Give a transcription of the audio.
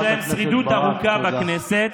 כנראה שיש להם שרידות ארוכה בכנסת.